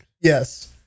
Yes